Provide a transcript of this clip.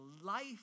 life